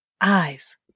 eyes